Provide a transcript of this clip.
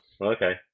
Okay